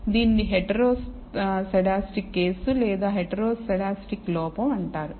దీన్ని heteroscedastic case లేదా heteroscedastic లోపం అంటారు